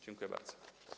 Dziękuję bardzo.